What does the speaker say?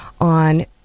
on